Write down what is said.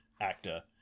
actor